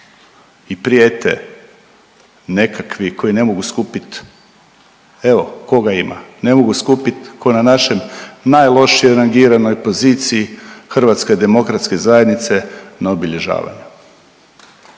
i prijete nekakvi koji ne mogu skupiti evo koga ima, ne mogu skupit ko na našem najlošije rangiranoj poziciji HDZ-a na obilježavanju.